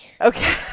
okay